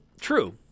true